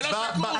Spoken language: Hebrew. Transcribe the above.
זה לא שקוף.